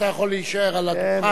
אתה יכול להישאר על הדוכן.